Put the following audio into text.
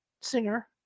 singer